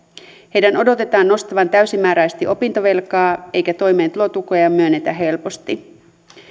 heidän odotetaan nostavan täysimääräisesti opintovelkaa eikä toimeentulotukea myönnetä helposti